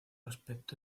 aspecto